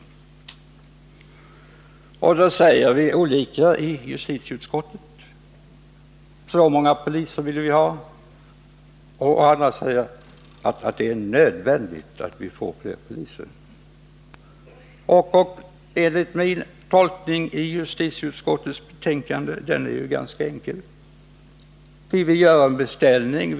Vi har i justitieutskottet olika uppfattningar om hur många poliser som skall tillkomma, men alla säger att det är nödvändigt att vi får fler poliser. Min tolkning av justitieutskottets betänkande är ganska enkel. Vi vill göra en beställning.